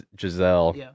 Giselle